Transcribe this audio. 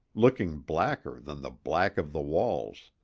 looking blacker than the black of the walls.